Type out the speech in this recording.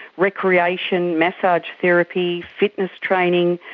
recreation, massage therapy, fitness training,